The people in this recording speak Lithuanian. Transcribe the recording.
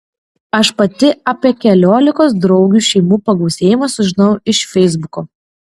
aš pati apie keliolikos draugių šeimų pagausėjimą sužinojau iš feisbuko